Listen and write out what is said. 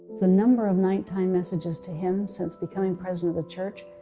the number of nighttime messages to him, since becoming president of the church,